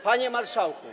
Panie Marszałku!